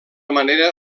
manera